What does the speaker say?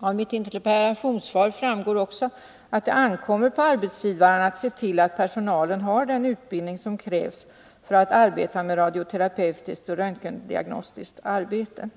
Av mitt interpellationssvar framgår också att det ankommer på arbetsgivaren att se till att personalen har den utbildning som krävs för att syssla med radioterapeutiskt och röntgendiagnostiskt arbete.